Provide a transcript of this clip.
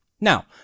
Now